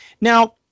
Now